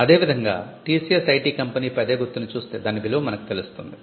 అదే విధంగా TCS IT company పై అదే గుర్తుని చూస్తే దాని విలువ మనకు తెలుస్తుంది